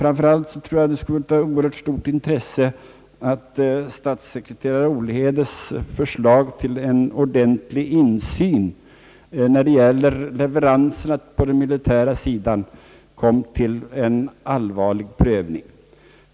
Framför allt tror jag att det skulle vara av oerhört stort intresse att få en allvarlig prövning av statssekreterare Olhedes förslag om en allvarlig översyn beträffande leveranserna på den militära sidan.